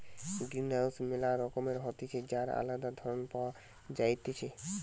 greenhouse ম্যালা রকমের হতিছে যার আলদা ধরণ পাওয়া যাইতেছে